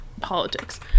politics